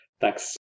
Thanks